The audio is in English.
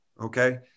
okay